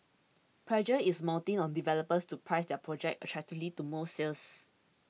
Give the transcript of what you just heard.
pressure is mounting on developers to price their projects attractively to move sales